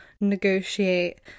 negotiate